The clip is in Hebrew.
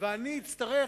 ואני אצטרך,